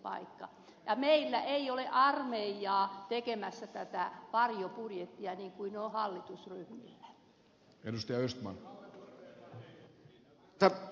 ja meillä ei ole armeijaa tekemässä tätä varjobudjettia niin kuin on hallitusryhmillä